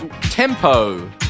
tempo